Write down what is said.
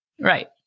right